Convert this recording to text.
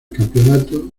campeonato